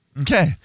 Okay